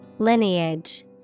Lineage